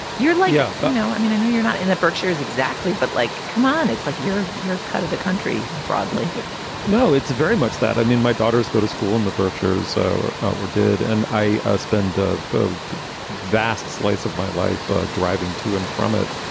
you're like, oh, no, no. i mean, i know you're not in the berkshires. exactly. but like, come on. it's like you're your cut of the country broadly no, it's very much that. i mean, my daughters go to school in the berkshires or we're did. and i spend spend a but vast slice of my life ah driving to and from it.